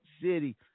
City